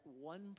one